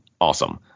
Awesome